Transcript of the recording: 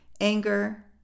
anger